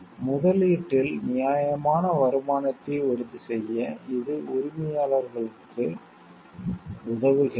முதலீட்டில் நியாயமான வருமானத்தை உறுதிசெய்ய இது உரிமையாளர்களுக்கு உதவுகிறது